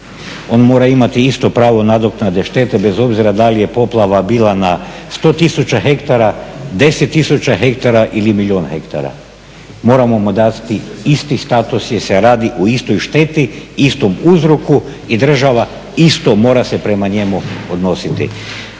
on mora imati isto pravo nadoknade štete bez obzira da li je poplava bila na 100 000 hektara, 10 000 hektara ili milijun hektara. Moramo mu dati isti status jer se radi o istoj šteti, istom uzroku i država isto mora se prema njemu odnositi